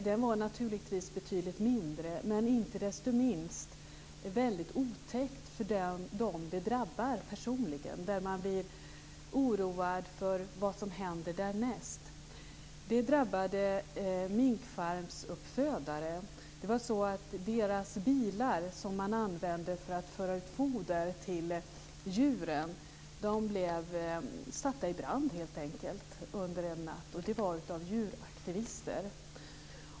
Den var naturligtvis betydligt mindre, men ändå väldigt otäck för dem som personligen drabbades och nu oroas för vad som händer härnäst. Attacken drabbade minkuppfödare. Deras bilar, som man använder för att föra ut foder till djuren, blev satta i brand under en natt. Det gjordes av djuraktivister.